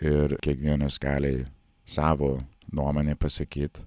ir kiekvienas gali savo nuomonę pasakyt